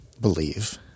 believe